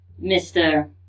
Mr